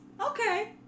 Okay